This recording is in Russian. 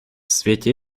свете